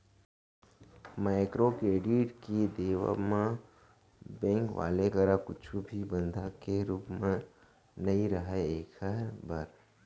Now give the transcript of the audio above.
micro credit के देवब म बेंक वाले करा कुछु भी बंधक के रुप म नइ राहय ऐखर बर